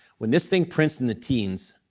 when this thing prints in the teens,